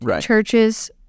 churches